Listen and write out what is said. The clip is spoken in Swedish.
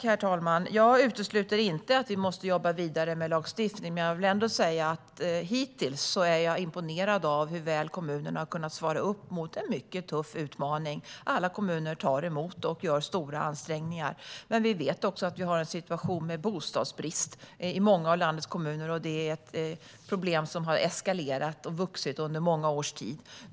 Herr talman! Jag utesluter inte att vi måste jobba vidare med lagstiftning, men jag vill ändå säga att jag hittills är imponerad av hur väl kommunerna har kunnat svara upp mot en mycket tuff utmaning. Alla kommuner tar emot och gör stora ansträngningar. Vi vet att vi har en situation med bostadsbrist i många av landets kommuner. Det är ett problem som har eskalerat och vuxit under många års tid.